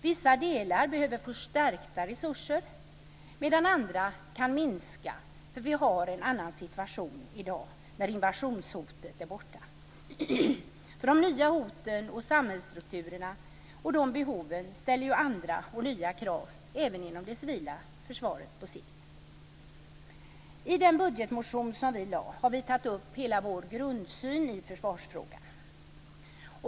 Vissa delar behöver få stärkta resurser, medan andra kan minska. Vi har en annan situation i dag, när invasionshotet är borta. De nya hoten, samhällsstrukturerna och behoven ställer ju andra och nya krav även inom det civila försvaret på sikt. I den budgetmotion som vi har väckt har vi tagit upp hela vår grundsyn i försvarsfrågan.